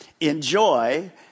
Enjoy